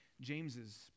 James's